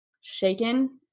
shaken